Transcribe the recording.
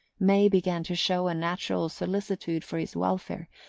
may began to show a natural solicitude for his welfare,